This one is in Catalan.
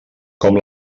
com